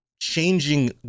changing